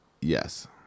yes